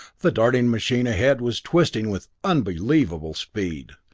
the darting machine ahead was twisting with unbelievable speed.